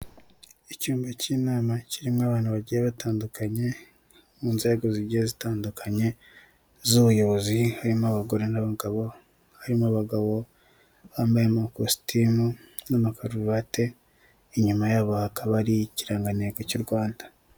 Icyumba k'inama kirimo abantu bagiye batandukanye mu nzego zigiye zitandukanye z'ubuyobozi, harimo abagore n'abagabo, harimo abagabo bambaye amakositimu n'amakaruvati, inyuma yabo hakaba hari ikirangantego cy'u Rwanda.